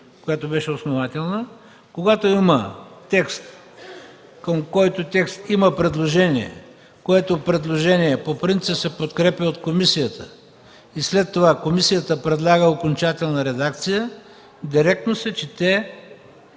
когато има текст, към който текст има предложение, което предложение по принцип се подкрепя от комисията и след това комисията предлага окончателна редакция, директно се чете